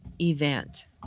event